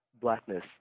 blackness